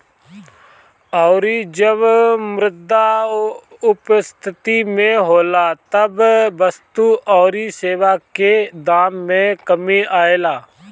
अउरी जब मुद्रा अपस्थिति में होला तब वस्तु अउरी सेवा के दाम में कमी आवेला